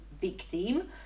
victim